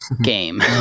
game